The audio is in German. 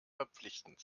verpflichtend